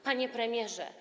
Panie Premierze!